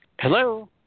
Hello